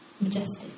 majestic